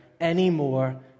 anymore